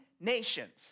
nations